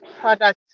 product